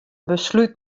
beslút